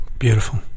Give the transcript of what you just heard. Beautiful